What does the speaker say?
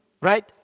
Right